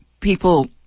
people